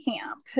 camp